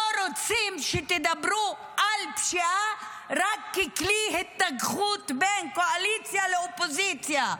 לא רוצים שתדברו על פשיעה רק ככלי התנגחות בין קואליציה לאופוזיציה.